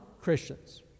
Christians